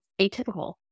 atypical